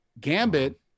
Gambit